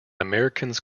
americans